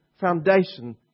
foundation